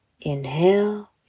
inhale